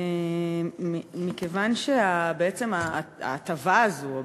מכיוון שההטבה הזאת או